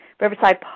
Riverside